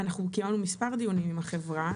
אנחנו קיימנו מספר דיונים עם החברה.